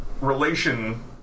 relation